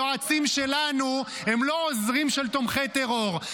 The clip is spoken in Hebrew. היועצים שלנו הם לא עוזרים של תומכי טרור.